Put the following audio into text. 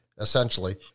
essentially